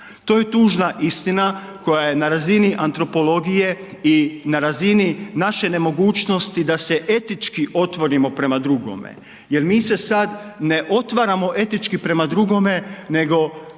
to je tužna istina koja je na razini antropologije i na razini naše nemogućnosti da se etički otvorimo prema drugome jel mi se sad ne otvaramo etički prema drugome nego